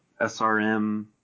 SRM